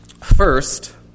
First